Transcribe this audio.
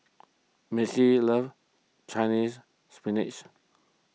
Missie loves Chinese Spinach